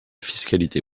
fiscalité